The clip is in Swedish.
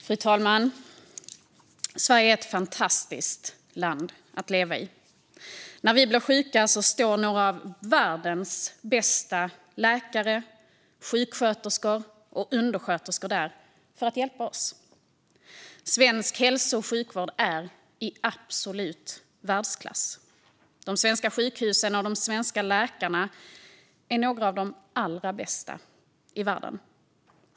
Fru talman! Sverige är ett fantastiskt land att leva i. När vi blir sjuka står några av världens bästa läkare, sjuksköterskor och undersköterskor där för att hjälpa oss. Svensk hälso och sjukvård är i absolut världsklass. De svenska sjukhusen och läkarna är några av de bästa i världen.